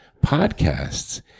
podcasts